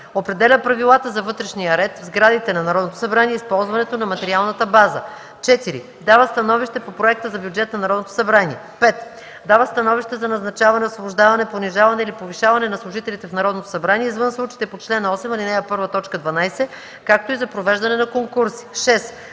определя правилата за вътрешния ред в сградите на Народното събрание и използването на материалната база; 4. дава становище по проекта за бюджет на Народното събрание; 5. дава становище за назначаване, освобождаване, понижаване или повишаване на служителите в Народното събрание извън случаите по чл. 8, ал. 1, т. 12 , както и за провеждане на конкурси; 6.